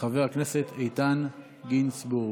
חבר הכנסת איתן גינזבורג.